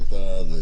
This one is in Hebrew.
בפיילוט?